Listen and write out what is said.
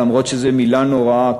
למרות שזאת מילה נוראה,